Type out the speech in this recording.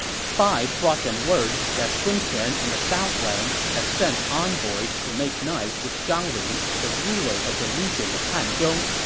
spies brought them word that sun quan and the southlands had sent envoys to make nice with zhang lu, the ruler of the region of hanzhong,